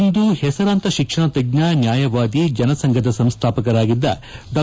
ಇಂದು ಹೆಸರಾಂತ ಶಿಕ್ಷಣ ತಜ್ಞ ನ್ಯಾಯವಾದಿ ಜನಸಂಘದ ಸಂಸ್ವಾಪಕರಾಗಿದ್ದ ಡಾ